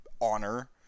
honor